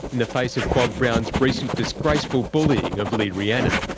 in the face of bob brown's recent disgraceful bullying of lee rhiannon.